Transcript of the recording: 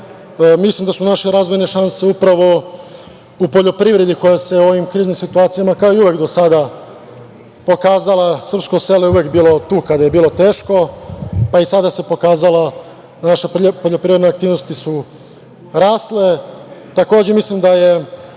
reći da su naše razvojne šanse upravo u poljoprivredi koja se u ovim kriznim situacijama, kao i uvek do sada, pokazala. Srpsko selo je uvek bilo tu kada je bilo teško, pa i sada se pokazalo. Naše poljoprivredne aktivnosti su rasle.